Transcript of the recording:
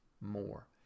more